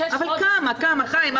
אבל כמה, חיים?